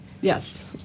Yes